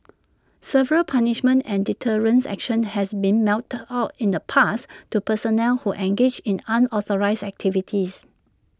severe punishments and deterrence action has been meted out in the past to personnel who engaged in unauthorised activities